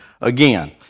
again